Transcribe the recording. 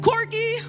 Corky